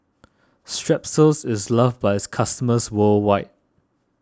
Strepsils is loved by its customers worldwide